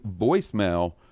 voicemail